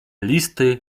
listy